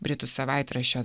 britų savaitraščio